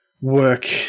work